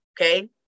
Okay